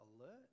alert